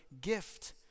gift